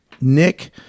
nick